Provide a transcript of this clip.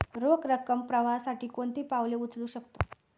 रोख रकम प्रवाहासाठी कोणती पावले उचलू शकतो?